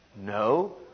No